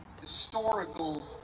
historical